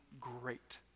great